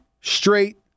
straight